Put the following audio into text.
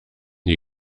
die